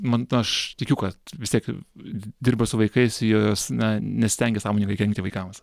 man aš tikiu kad vis tiek dirba su vaikais jos na nesistengia sąmoningai kenkti vaikams